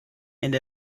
and